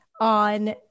on